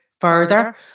further